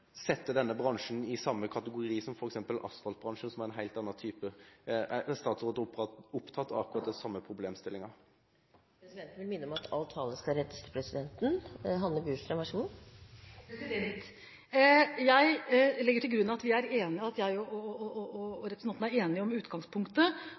sette denne bransjen i samme kategori som f.eks. asfaltbransjen, som er en helt annen type bransje. Er statsråden opptatt av den samme problemstillingen? Presidenten vil minne om at all tale skal rettes til presidenten. Jeg legger til grunn at representanten og jeg er enige om utgangspunktet – at Nav må gjøre en individuell vurdering. Det tror jeg